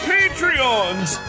Patreons